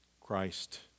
Christ